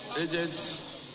Agents